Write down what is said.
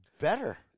better